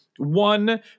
One